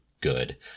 good